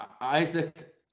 Isaac